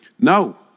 no